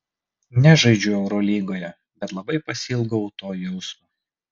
nežaidžiu eurolygoje bet labai pasiilgau to jausmo